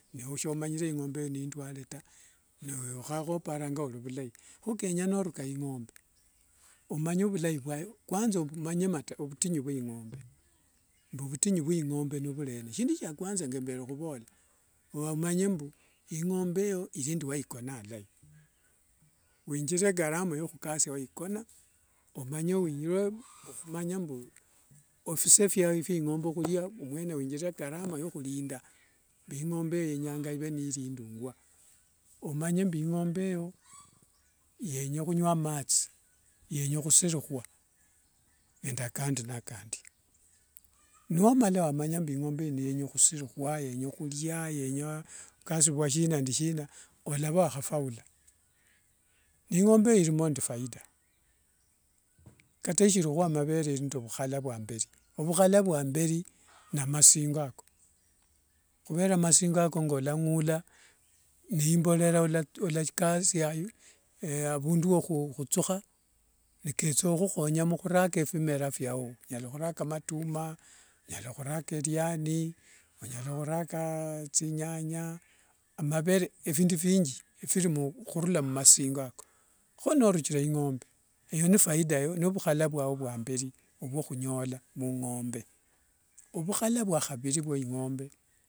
Neweshomnyire ingombe eyo nendwele tawe, eha oparanga olweli vulai, hukenya norukaa ingombe omanye vulai vyayo kwanza omanye vutinyu vya ingombe. Mbu vutinyu vya ingombe n vuniena. Shindu shia kwanza nga mbere khuvola omanye mbu ingombe eyo ilinende waikona alai. wethire gharama yokhukasia waikona. Omanye okhumanya mbu ephisa fya ingombe khulia emwene withirire igharama yo khulinda mbu engombe yenyanga i've nirindungua omanye mbu ingombe eyo yenya hunywa matsi yenya husirihwa nende kandi na kandi nomala wamanya mbu ingombe ino yenya khusiriha yenya khuria yenya khukasivwa sina nde sina olava wakhafaula ni ingombe irimo nde faida kata ishiri khwa mavere iri ende vukhala vwa amberi ovukhala vwa amberi ni masingo ako khuvera masingo ako ngolangula ni imborera olakasia avundu wokhutsukha niketsa khukhonya muhuraka ephimera fyao onyala khuraka matumwa onyala khurakariani onyala khuraka tsinyanya amavere efindu phingi vimukhurula mumasingo ako kho norukire ingombe eyo ni faida yao ovukhala vwao vwa mberi ovyohunyola mungombe. Ovukhala vwa haviri.